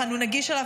אך אנחנו נגיש עליו,